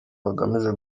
bagamije